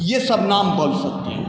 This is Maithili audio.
ये सब नाम बन सकते हैं